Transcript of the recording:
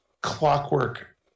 clockwork